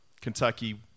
Kentucky